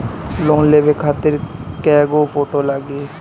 Loan लेवे खातिर कै गो फोटो लागी?